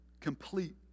complete